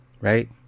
Right